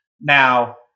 now